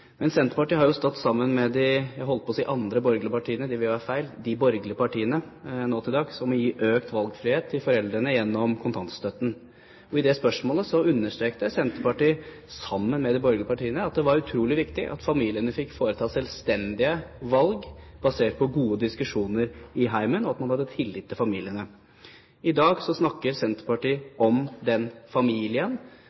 men de kommer vel tilbake med nye forslag, tenker jeg. Senterpartiet har stått sammen med – jeg holdt på å si de andre borgerlige partiene, men det ville være feil – de borgerlige partiene nå til dags om å gi økt valgfrihet til foreldrene gjennom kontantstøtten. I det spørsmålet understreket Senterpartiet, sammen med de borgerlige partiene, at det var utrolig viktig at familiene fikk foreta selvstendige valg basert på gode diskusjoner i heimen, og at man hadde tillit til familiene. I dag snakker Senterpartiet